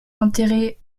enterré